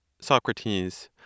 Socrates